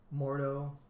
Mordo